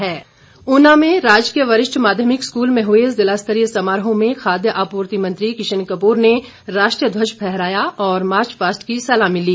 स्वतंत्रता दिवस ऊना ऊना में राजकीय वरिष्ठ माध्यमिक स्कूल में हुए ज़िला स्तरीय समारोह में खाद्य आपूर्ति मंत्री किशन कपूर ने राष्ट्रीय ध्वज फहराया और मार्चपास्ट की सलामी ली